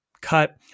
cut